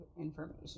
information